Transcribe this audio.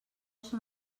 són